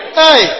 hey